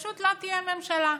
פשוט לא תהיה ממשלה.